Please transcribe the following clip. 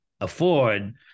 afford